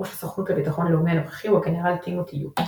ראש הסוכנות לביטחון לאומי הנוכחי הוא הגנרל טימותי יו.